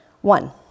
One